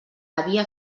havia